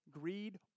greed